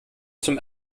zum